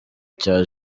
cya